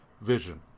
Vision